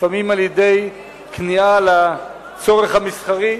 ולפעמים על-ידי כניעה לצורך המסחרי,